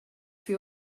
for